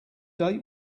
date